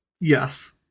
Yes